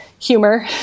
humor